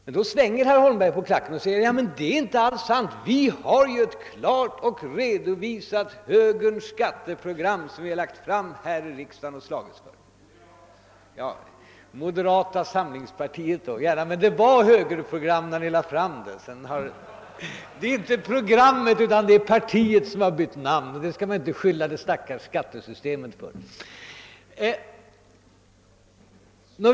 Men här svänger herr Holmberg på klacken och säger att detta inte alls är sant, eftersom det finns ett klart redovisat högerns skatteprogram som blivit framlagt. Ja, låt oss säga moderata samlingspartiets program — men det var högerns program när ni lade fram det. Det är inte programmet utan partiet som har bytt namn, och det skall man inte skylla det stackars skattesystemet för.